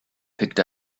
picked